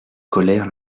colères